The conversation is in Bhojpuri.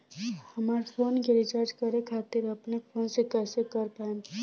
हमार फोन के रीचार्ज करे खातिर अपने फोन से कैसे कर पाएम?